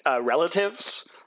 relatives